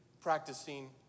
practicing